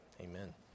amen